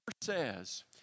says